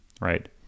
right